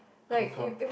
how come